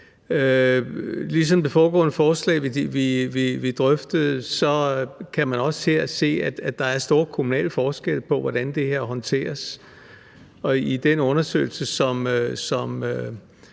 Ligesom med det foregående forslag, vi drøftede, kan man også her se, at der er store kommunale forskelle på, hvordan det her håndteres, og i den undersøgelse, som